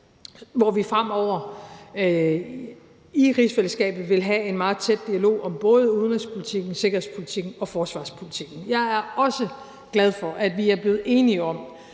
hvor vi fremover i rigsfællesskabet vil have en meget tæt dialog om både udenrigspolitikken, sikkerhedspolitikken og forsvarspolitikken. Jeg er også glad for, at vi er blevet enige om,